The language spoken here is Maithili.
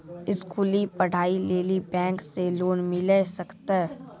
स्कूली पढ़ाई लेली बैंक से लोन मिले सकते?